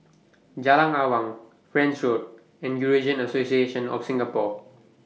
Jalan Awang French Road and Eurasian Association of Singapore